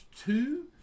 two